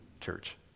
church